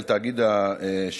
על תאגיד השידור,